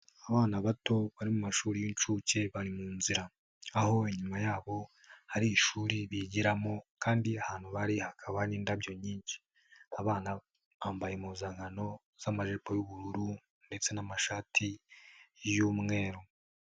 Abana bato bari mu mashuri y'incuke bari mu nzira, aho inyuma'ho hari ishuri bigiramo kandi ahantu bari hakaba n'indabyo nyinshi, abana bambaye impuzankano z'amajipo y'ubururu ndetse n'amashati y'umweru.